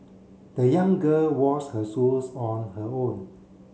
the young girl washed her shoes on her own